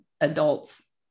adult's